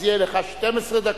אז יהיה לך 12 דקות,